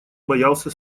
боялся